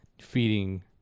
feeding